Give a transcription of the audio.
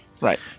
Right